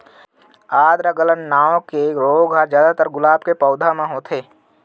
आद्र गलन नांव के रोग ह जादातर गुलाब के पउधा म होथे